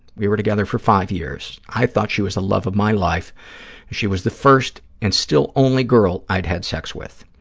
we were together for five years. i thought she was the love of my life, and she was the first and still only girl i'd had sex with.